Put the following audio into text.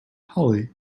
hollie